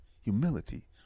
humility